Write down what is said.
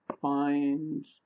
find